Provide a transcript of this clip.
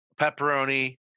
pepperoni